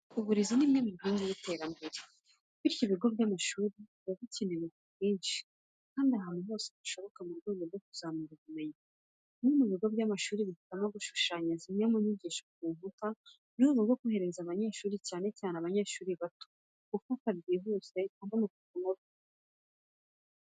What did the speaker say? Uburezi ni imwe mu nkingi y'iterambere, bityo ibigo by'amashuri biba bikenewe ku bwinshi kandi ahantu hose hashoboka mu rwego rwo kuzamura ubumenyi. Bimwe mu bigo by'amashuri bihitamo gushushanya zimwe mu nyigisho ku nkuta, mu rwego rwo korohereza abanyeshuri cyane cyane abanyeshuri bato, gufata byihuse amwe mu masomo biga.